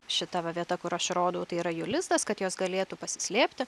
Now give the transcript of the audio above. šita va vieta kur aš rodau tai yra jų lizdas kad jos galėtų pasislėpti